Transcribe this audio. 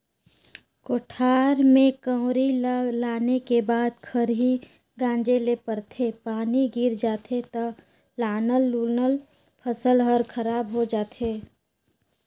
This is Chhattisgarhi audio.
कोठार में कंवरी ल लाने के बाद खरही गांजे ले परथे, पानी गिर जाथे त लानल लुनल फसल हर खराब हो जाथे